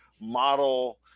model